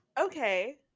Okay